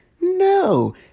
no